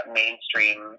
mainstream